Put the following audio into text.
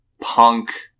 punk